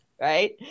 right